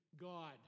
God